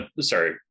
sorry